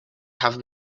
have